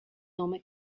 nome